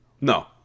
No